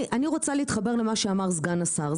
אני רוצה להתחבר למה שאמר סגן השר,